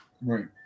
Right